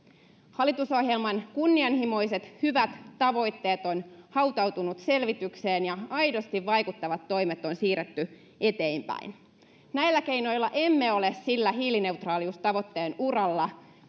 hallitusohjelman kunnianhimoiset hyvät tavoitteet ovat hautautuneet selvitykseen ja aidosti vaikuttavat toimet on siirretty eteenpäin näillä keinoilla emme ole sillä hiilineutraaliustavoitteen uralla